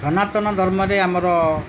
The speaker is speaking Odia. ସନାତନ ଧର୍ମରେ ଆମର